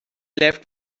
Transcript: left